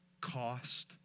cost